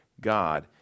God